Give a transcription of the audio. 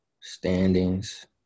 Standings